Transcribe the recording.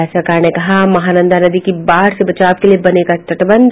राज्य सरकार ने कहा महानंदा नदी की बाढ़ से बचाव के लिए बनेगा तटबंध